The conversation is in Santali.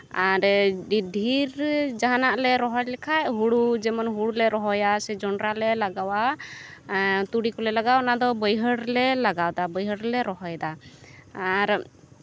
ᱟᱨ ᱰᱷᱤᱨ ᱡᱟᱦᱟᱱᱟᱜ ᱞᱮ ᱨᱚᱦᱚᱭ ᱞᱮᱠᱷᱟᱡ ᱦᱩᱲᱩ ᱡᱮᱢᱚᱱ ᱦᱩᱲᱩᱞᱮ ᱨᱚᱦᱚᱭᱟ ᱥᱮ ᱡᱚᱱᱰᱨᱟ ᱞᱮ ᱞᱟᱜᱟᱣᱟ ᱛᱩᱲᱤ ᱠᱚᱞᱮ ᱞᱟᱜᱟᱣᱟ ᱚᱱᱟᱫᱚ ᱵᱟᱹᱭᱦᱟᱹᱲ ᱨᱮᱞᱮ ᱞᱟᱜᱟᱣᱫᱟ ᱵᱟᱹᱭᱦᱟᱹᱲ ᱨᱮᱞᱮ ᱨᱚᱦᱚᱭᱫᱟ ᱟᱨ